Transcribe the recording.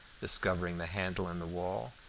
discovering the handle in the wall.